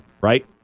right